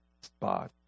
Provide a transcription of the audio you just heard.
spot